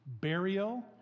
burial